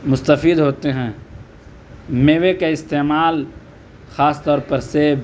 مستفید ہوتے ہیں میوے کا استعمال خاص طور پر سیب